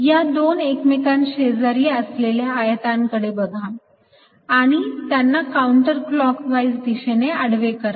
या दोन एकमेकांशेजारी असलेल्या आयतांकडे बघा आणि त्यांना काउंटर क्लॉकवाईज दिशेने आडवे करा